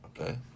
Okay